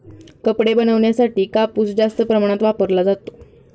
कपडे बनवण्यासाठी कापूस जास्त प्रमाणात वापरला जातो